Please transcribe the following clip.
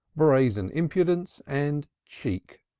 brazen impudence and cheek.